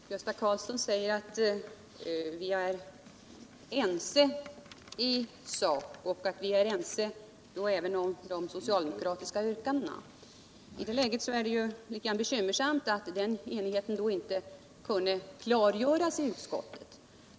Herr talman! Gösta Karlsson siger att vi är ense it sak, även när det gäller de socialdemokratiska yrkandena. I det läget är det linet bekymmersamt att den enigheten inte kunde klargöras i utskottet.